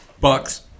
Bucks